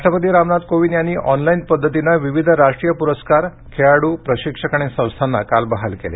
राष्ट्रपती रामनाथ कोविंद यांनी ऑनलाईन पद्धतीने विविध राष्ट्रीय प्रस्कार खेळाडू प्रशिक्षक आणि संस्थांना बहाल केले